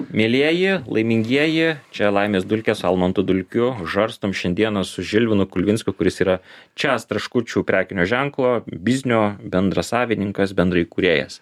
mielieji laimingieji čia laimės dulkės su almantu dulkiu žarstom šiandieną su žilvinu kulvinskiu kuris yra čiaz traškučių prekinio ženklo biznio bendrasavininkas bendraįkūrėjas